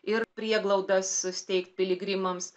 ir prieglaudas steigt piligrimams